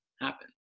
happen